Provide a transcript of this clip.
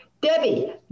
Debbie